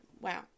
Wow